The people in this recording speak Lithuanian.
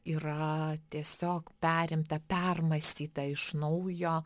yra tiesiog perimta permąstyta iš naujo